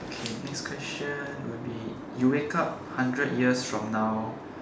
okay next question will be you wake up hundred years from now